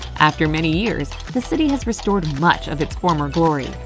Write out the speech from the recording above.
after many years, the city has restored much of its former glory.